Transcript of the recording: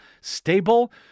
stable